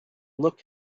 look